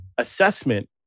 Assessment